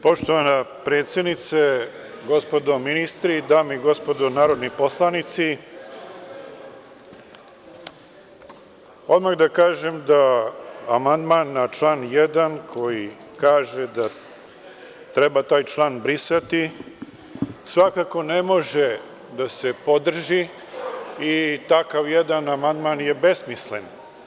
Poštovana predsednice, gospodo ministri, dame i gospodo narodni poslanici, odmah da kažem da amandman na član 1. koji kaže da treba taj član brisati svakako ne može da se podrži i takav jedan amandman je besmislen.